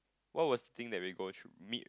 what was thing that we go should meet